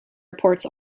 reports